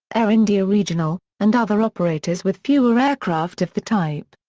air india regional, and other operators with fewer aircraft of the type.